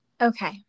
Okay